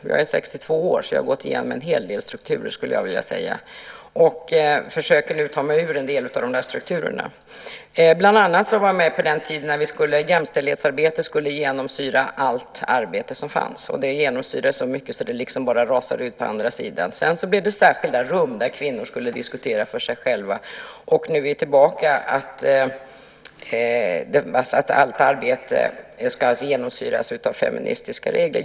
Jag är 62 år så jag har gått igenom en hel del strukturer skulle jag vilja säga, och nu försöker jag ta mig ur en del av dem. Bland annat var jag med på den tiden när jämställdhetsarbetet skulle genomsyra allt arbete som förekom, och det genomsyrade så mycket att det så att säga bara rasade ut på andra sidan. Sedan fick vi särskilda rum där kvinnor skulle diskutera för sig själva, och nu är vi tillbaka i att allt arbete ska genomsyras av feministiska regler.